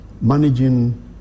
managing